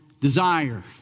desire